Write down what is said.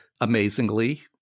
amazingly